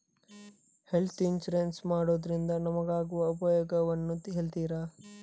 Health insurance ಮಾಡೋದ್ರಿಂದ ನಮಗಾಗುವ ಉಪಯೋಗವನ್ನು ಹೇಳ್ತೀರಾ?